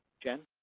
jen?